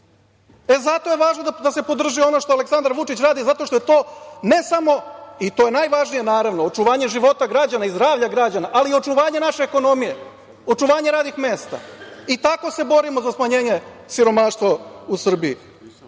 zato je važno da se podrži ono što Aleksandar Vučić radi, zato što je to ne samo i to je najvažnije, naravno, očuvanje života građana i zdravlja građana, ali i očuvanje naše ekonomije, očuvanje radnih mesta i tako se borimo za smanjenje siromaštva u Srbiji. Zato